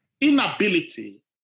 inability